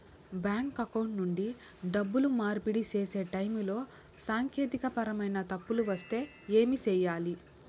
bank account నుండి డబ్బులు మార్పిడి సేసే టైములో సాంకేతికపరమైన తప్పులు వస్తే ఏమి సేయాలి